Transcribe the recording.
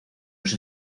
los